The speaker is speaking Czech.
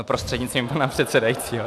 Prostřednictvím pana předsedajícího.